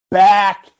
back